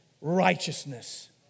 righteousness